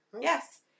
yes